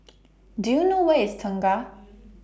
Do YOU know Where IS Tengah